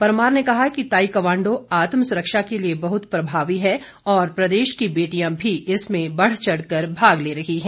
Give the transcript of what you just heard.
परमार ने कहा कि ताईक्वांडो आत्म सुरक्षा के लिए बहुत प्रभावी है और प्रदेश की बेटियां भी इसमें बढ़चढ़ कर भाग ले रही हैं